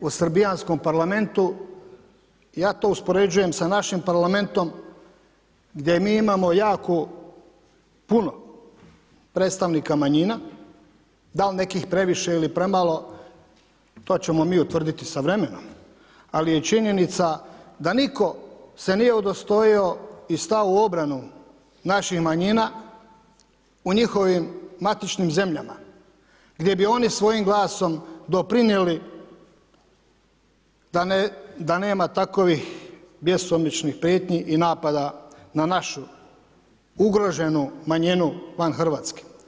u srbijanskom parlamentu, ja to uspoređujem sa našim parlamentom gdje mi imamo jako puno predstavnika manjina, da li nekih previše ili premalo, to ćemo mi utvrditi sa vremenom, ali je činjenica da nitko se nije udostojio i stao u obranu naših manjina u njihovim matičnim zemljama gdje bi oni svojim glasom doprinijeli da nema takovih bjesomučnih prijetnji i napada na našu ugroženu manjinu van Hrvatske.